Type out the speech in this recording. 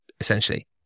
essentially